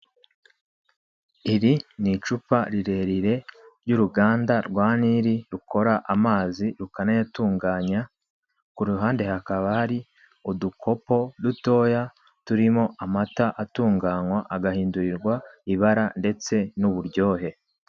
Iri ni icupa rirerire ry'uruganda rwa Nili rukora amazi rukanayatunganya, ku ruhande hakaba hari udukopo dutoya turimo amata atunganywa agahindurirwa ibara ndetse n'uburyohe.